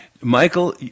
Michael